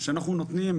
שאנחנו נותנים,